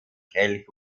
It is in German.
kelch